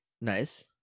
Nice